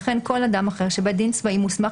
וכן כל אדם אחר שבית דין צבאי מוסמך